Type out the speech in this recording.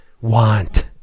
Want